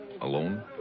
alone